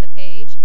the page